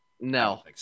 no